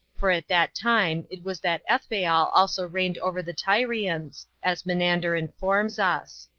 for at that time it was that ethbaal also reigned over the tyrians, as menander informs us.